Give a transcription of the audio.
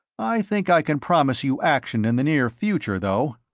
i think i can promise you action in the near future, though.